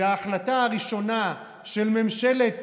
וההחלטה הראשונה של ממשלת